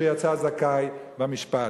שיצא זכאי במשפט.